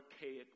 archaic